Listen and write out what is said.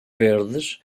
verdes